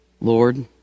Lord